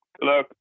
Hello